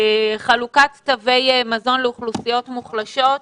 חלוקת תווי מזון לאוכלוסיות מוחלשות,